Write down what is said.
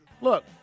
look